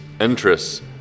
interests